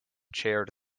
chaired